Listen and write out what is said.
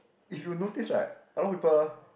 if you notice right a lot people